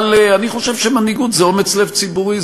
אבל אני חושב שמנהיגות זה אומץ לב ציבורי,